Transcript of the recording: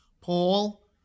Paul